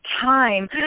time